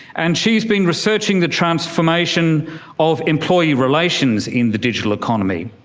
and she's been researching the transformation of employee relations in the digital economy.